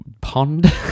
Pond